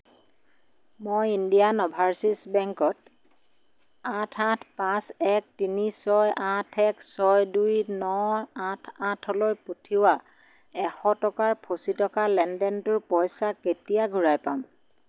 মই Indian overseas বেংকত আঠ আঠ পাঁচ এক তিনি ছয় আঠ এক ছয় দুই ন আঠ আঠলৈ পঠিওৱা এশ টকাৰ ফঁচি থকা লেনদেনটোৰ পইচা কেতিয়া ঘূৰাই পাম